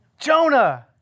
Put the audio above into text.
Jonah